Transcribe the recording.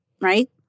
right